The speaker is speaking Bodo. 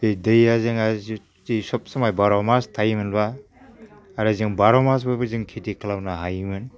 बे दैआ जोंहा जुदि सब स'माय बार'मास थायोमोनबा आरो जों बार'मासबो जों खेथि खालामनो हायोमोन